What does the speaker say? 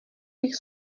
bych